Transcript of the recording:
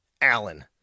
Allen